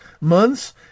months